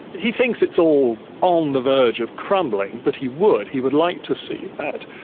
he thinks it's all on the verge of crumbling, but he would, he would like to see that.